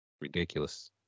Ridiculous